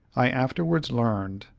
i afterwards learned,